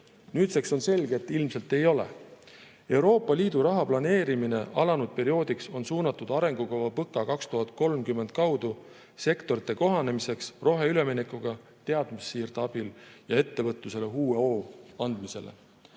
Nüüdseks on selge, et ilmselt ei ole. Euroopa Liidu raha planeerimine alanud perioodiks on suunatud arengukava "PõKa 2030" kaudu sektorite kohanemiseks roheüleminekuga teadmussiirde abil ja ettevõtlusele uue hoo andmisele.